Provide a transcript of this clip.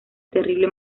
terrible